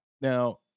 Now